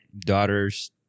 daughter's